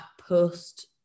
post